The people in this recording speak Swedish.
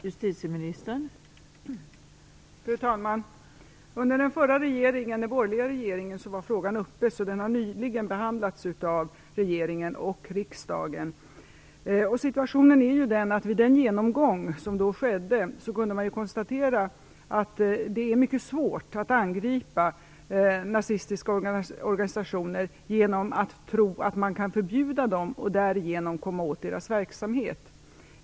Fru talman! Under den borgerliga regeringen var frågan uppe, så den har nyligen behandlats av regeringen och riksdagen. Vid den genomgång som då skedde kunde man konstatera att det är mycket svårt att angripa nazistiska organisationer genom att förbjuda dem och därigenom komma åt deras verksamhet.